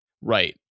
Right